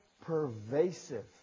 pervasive